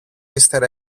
ύστερα